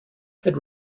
had